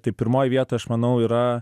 tai pirmoj vietoj aš manau yra